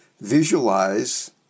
visualize